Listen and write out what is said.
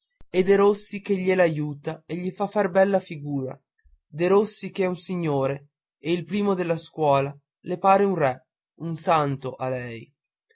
e derossi che glie l'aiuta e gli fa far bella figura derossi che è un signore e il primo della scuola le pare un re un santo a lei